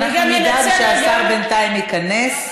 אנחנו נדאג שהשר בינתיים ייכנס.